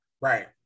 Right